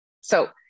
So-